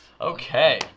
Okay